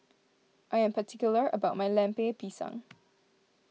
I am particular about my Lemper Pisang